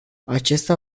acesta